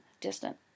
distant